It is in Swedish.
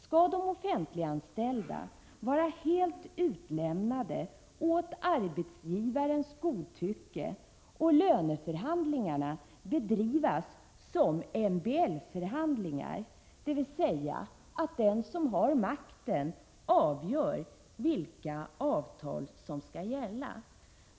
Skall de offentliganställda vara helt utlämnade åt arbetsgivarnas godtycke och löneförhandlingar bedrivas som MBL-förhandlingar, dvs. att den som har makten avgör vilka avtal som skall gälla?